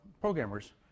programmers